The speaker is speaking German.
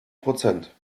prozent